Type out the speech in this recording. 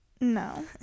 No